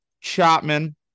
Chapman